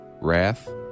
wrath